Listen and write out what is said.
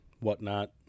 whatnot